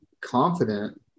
confident